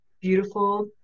beautiful